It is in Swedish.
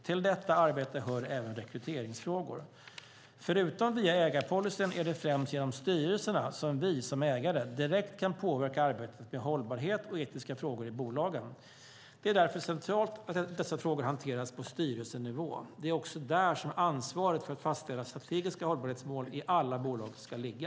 Till detta arbete hör även rekryteringsfrågor. Förutom via ägarpolicyn är det främst genom styrelserna som vi, som ägare, direkt kan påverka arbetet med hållbarhet och etiska frågor i bolagen. Det är därför centralt att dessa frågor hanteras på styrelsenivå. Det är också där som ansvaret för att fastställa strategiska hållbarhetsmål i alla bolag ska ligga.